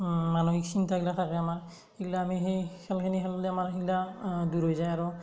মানসিক চিন্তাগিলাক থাকে আমাৰ এইগিলা আমি সেই খেলখিনি খেলিলে আমাৰ সেইগিলা দূৰ হৈ যায় আৰু